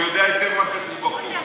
הוא יודע היטב מה כתוב בחוק.